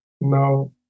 No